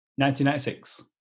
1996